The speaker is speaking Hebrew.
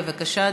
בבקשה,